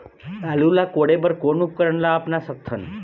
आलू ला कोड़े बर कोन उपकरण ला अपना सकथन?